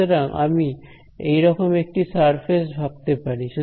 সুতরাং আমি এরকম একটি সারফেস ভাবতে পারি